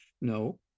no